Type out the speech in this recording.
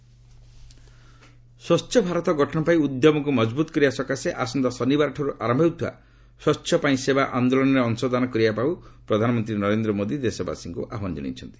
ସ୍ୱଚ୍ଛତା ହିଁ ସେବା ସ୍ୱଚ୍ଛ ଭାରତ ଗଠନପାଇଁ ଉଦ୍ୟମକୁ ମଜବୁତ୍ କରିବା ସକାଶେ ଆସନ୍ତା ଶନିବାରଠାରୁ ଆରମ୍ଭ ହେଉଥିବା ସ୍ୱଚ୍ଚ ପାଇଁ ସେବା ଆନ୍ଦୋଳନରେ ଅଂଶଦାନ କରିବାପାଇଁ ପ୍ରଧାନମନ୍ତ୍ରୀ ନରେନ୍ଦ୍ର ମୋଦି ଦେଶବାସୀଙ୍କୁ ଆହ୍ୱାନ ଜଣାଇଛନ୍ତି